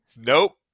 Nope